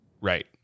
Right